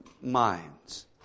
minds